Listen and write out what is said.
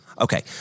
Okay